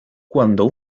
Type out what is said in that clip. cuando